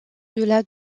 delà